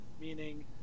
Meaning